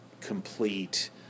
complete